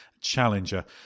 challenger